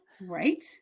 Right